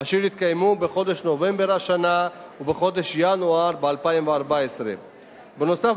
אשר יתקיימו בחודש נובמבר השנה ובחודש ינואר 2014. בנוסף,